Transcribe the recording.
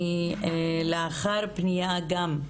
לאחר פניה גם,